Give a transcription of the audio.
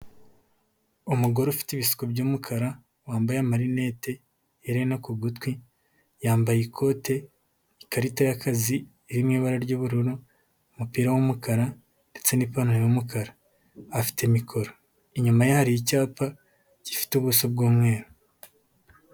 Umugore ufite ibisuko by'umukara, wambaye amarinete, iherena ku gutwi, yambaye ikote, ikarita y'akazi iri mu ibara ry'ubururu, umupira w'umukara ndetse n'ipantaro y'umukara, afite mikoro, inyuma ye hari icyapa gifite ubuso bw'umweru.